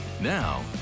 Now